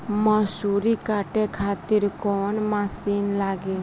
मसूरी काटे खातिर कोवन मसिन लागी?